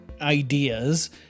ideas